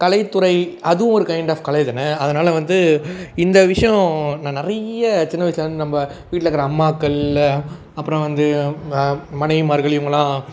கலைத்துறை அதுவும் ஒரு கைண்ட் ஆஃப் கலை தான் அதனால் வந்து இந்த விஷயம் நான் நிறைய சின்ன வயசுலேந்து நம்ம வீட்டில் இருக்கிற அம்மாக்கள் அப்புறம் வந்து மனைவிமார்கள் இவங்கள்லாம்